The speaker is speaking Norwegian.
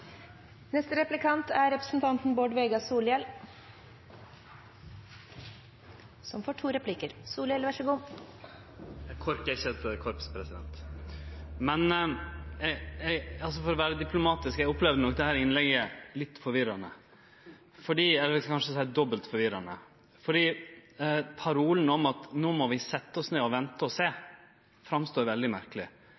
KORK er ikkje eit korps. For å vere diplomatisk: Eg opplever nok dette innlegget litt forvirrande – eg vil kanskje seie dobbelt forvirrande – for parolen om at no må vi setje oss ned og vente og